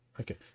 Okay